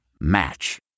Match